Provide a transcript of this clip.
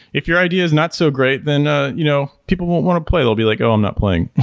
if your idea is not so great, then ah you know people won't want to play. they'll be like, oh, i'm not playing.